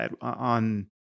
on